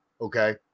Okay